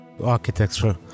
architecture